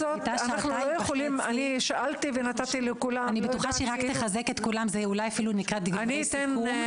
אני בטוחה שהיא תחזק כולם בדברי סיכום.